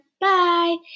Bye